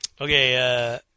Okay